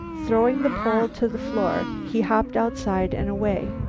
throwing the pole to the floor, he hopped outside and away.